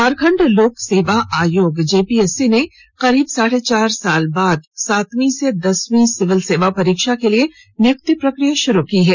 झारखंड लोक सेवा आयोग जेपीएससी ने करीब साढे चार साल बाद सांतवी से दसवीं सिविल सेवा परीक्षा के लिए नियुक्ति प्रक्रिया शुरू की है